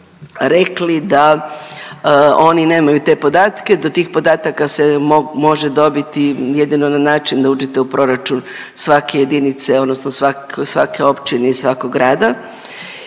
rekli da oni nemaju te podatke. Do tih podataka se može dobiti jedino na način da uđete u proračun svake jedinice odnosno svake općine i svakog grada